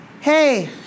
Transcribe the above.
Hey